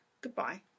goodbye